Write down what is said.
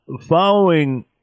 following